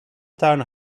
town